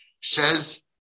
Says